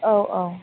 औ औ